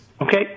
Okay